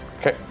Okay